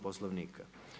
Poslovnika.